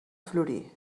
florir